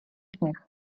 сніг